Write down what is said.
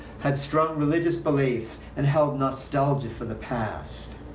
had strong religious beliefs, and held nostalgia for the past.